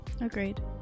Agreed